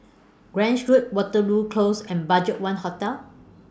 Grange Road Waterloo Close and BudgetOne Hotel